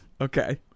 okay